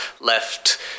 left